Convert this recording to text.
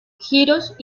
giros